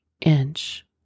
inch